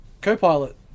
co-pilot